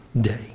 day